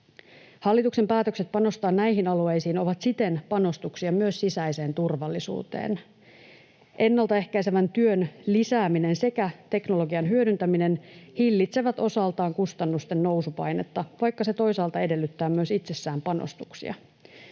Hallituksen päätökset panostaa näihin alueisiin ovat siten panostuksia myös sisäiseen turvallisuuteen. Ennaltaehkäisevän työn lisääminen sekä teknologian hyödyntäminen hillitsevät osaltaan kustannusten nousupainetta, vaikka se toisaalta edellyttää myös itsessään panostuksia.